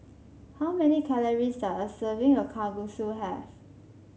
how many calories does a serving of Kalguksu have